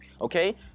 Okay